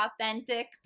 authentic